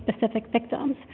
specific victims